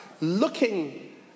looking